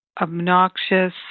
obnoxious